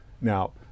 Now